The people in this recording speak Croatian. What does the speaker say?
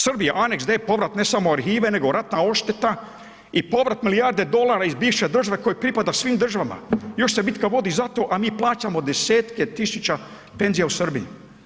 Srbija aneks D povrat ne samo arhive nego ratna odšteta i povrat milijarde dolara iz bivše države koji pripada svim državama, još se bitka vodi za to, a mi plaćamo 10-tke tisuća penzija u Srbiji.